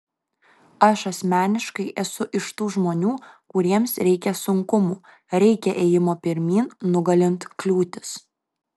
aš asmeniškai esu iš tų žmonių kuriems reikia sunkumų reikia ėjimo pirmyn nugalint kliūtis